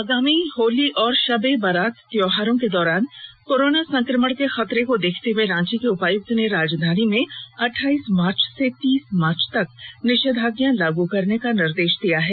आगामी होली और शब ए बरात त्योहारों के दौरान कोरोना संक्रमण के खतरे को देखते हुए रांची के उपायुक्त ने राजधानी में अठाईस मार्च से तीस मार्च तक निषेधाज्ञा लागू करने का निर्देश दिया है